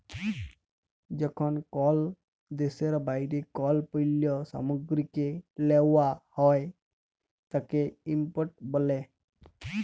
যখন কল দ্যাশের বাইরে কল পল্য সামগ্রীকে লেওয়া হ্যয় তাকে ইম্পোর্ট ব্যলে